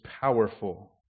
powerful